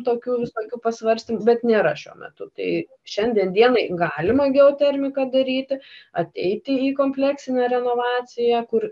tokių visokių pasvarstymų bet nėra šiuo metu tai šiandien dienai galima gerai termiką daryti ateiti į kompleksinę renovaciją kur